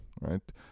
right